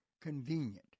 convenient